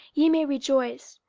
ye may rejoice,